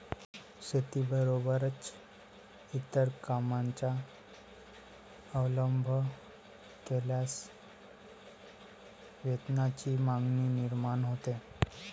शेतीबरोबरच इतर कामांचा अवलंब केल्यास वेतनाची मागणी निर्माण होते